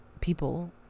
people